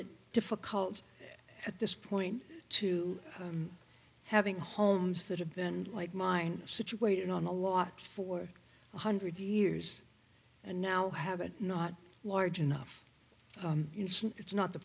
it difficult at this point to having homes that have been like mine situated on the lot for one hundred years and now have it not large enough it's not the